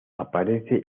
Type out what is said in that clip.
aparece